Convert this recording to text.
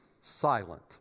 silent